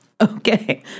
Okay